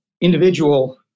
individual